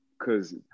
Cause